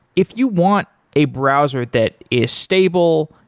if you want a browser that is stable,